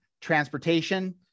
transportation